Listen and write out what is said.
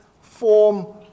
form